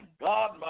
God